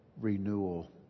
renewal